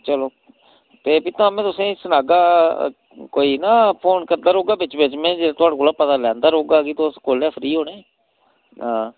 चलो ते भी तां में तुसें ई सनाह्गा कोई ना फोन करदा रौह्गा बिच बिच में थुआढ़े कोला पता लैंदा रौह्गा कि तुस कोह्लै फ्री होने हां